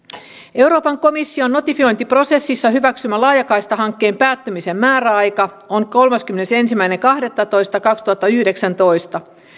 euroopan komission notifiointiprosessissa hyväksymä laajakaistahankkeen päättymisen määräaika on kolmaskymmenesensimmäinen kahdettatoista kaksituhattayhdeksäntoista